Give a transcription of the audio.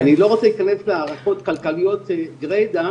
אני לא רוצה להיכנס להערכות כלכליות גרידא,